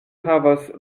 havas